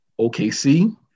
OKC